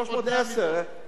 צריך עוד 100 מיליון?